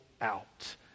out